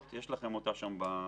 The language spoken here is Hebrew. יש לכם את הסדרה הזאת בחומר.